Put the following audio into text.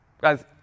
Guys